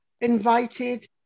invited